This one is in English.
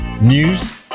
News